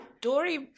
Dory